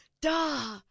Duh